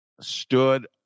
stood